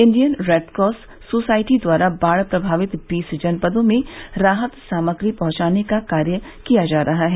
Indian Red Cross society द्वारा बाढ़ प्रभावित बीस जनपदों में राहत सामग्री पहुंचाने का कार्य किया जा रहा है